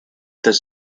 does